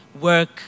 work